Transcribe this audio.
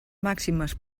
màximes